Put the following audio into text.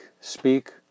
speak